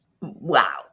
Wow